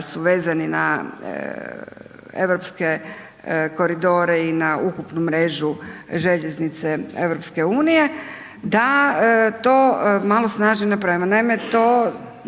su vezani na europske koridore i na ukupnu mrežu željeznice EU, da to, .../Govornik se ne